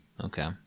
Okay